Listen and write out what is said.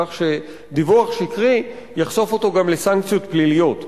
כך שדיווח שקרי יחשוף אותו גם לסנקציות פליליות.